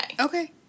Okay